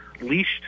leashed